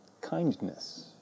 kindness